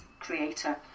creator